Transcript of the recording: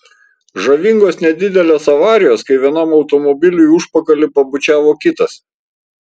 žavingos nedidelės avarijos kai vienam automobiliui į užpakalį pabučiavo kitas